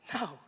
No